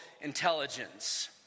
intelligence